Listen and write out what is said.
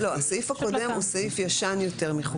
הסעיף הקודם הוא סעיף ישן יותר מחוקים ישנים.